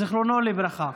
זיכרונו לברכה,